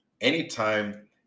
Anytime